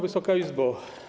Wysoka Izbo!